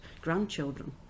grandchildren